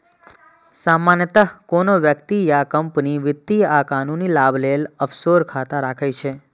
सामान्यतः कोनो व्यक्ति या कंपनी वित्तीय आ कानूनी लाभ लेल ऑफसोर खाता राखै छै